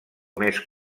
més